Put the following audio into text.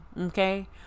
Okay